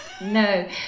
No